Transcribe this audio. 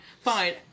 Fine